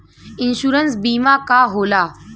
Insurance बीमा का होला?